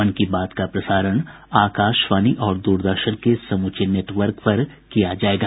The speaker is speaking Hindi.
मन की बात का प्रसारण आकाशवाणी और द्रदर्शन के समूचे नटवर्क पर किया जायेगा